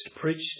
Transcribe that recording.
preached